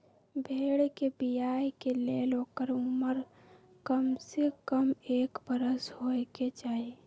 भेड़ कें बियाय के लेल ओकर उमर कमसे कम एक बरख होयके चाही